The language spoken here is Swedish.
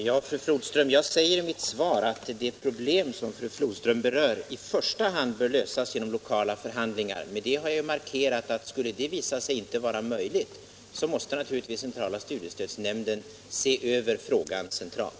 Herr talman! Jag säger i mitt svar att det problem som fru Flodström berör i första hand bör lösas genom lokala förhandlingar. Med det har jag markerat att skulle det visa sig inte vara möjligt, måste naturligtvis centrala studiestödsnämnden se över frågan centralt.